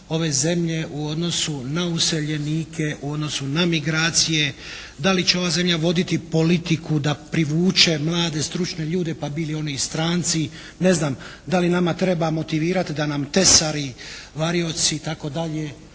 ove zemlje u odnosu na useljenike, u odnosu na migracije. Da li će ova zemlja voditi politiku da privuče mlade stručne ljude pa bili oni i stranci? Ne znam, da li nama treba motivirati da nam tesari, varioci i